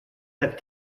that